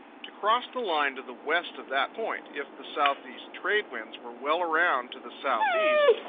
to cross the line to the west of that point, if the southeast trades were well around to the southeast,